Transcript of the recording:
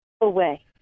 away